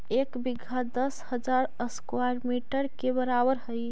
एक बीघा दस हजार स्क्वायर मीटर के बराबर हई